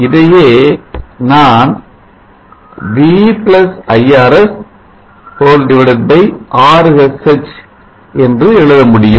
இதையே நான் v iRs Rsh என்று எழுத முடியும்